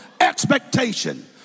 expectation